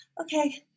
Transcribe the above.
okay